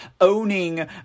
owning